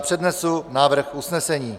Přednesu návrh usnesení.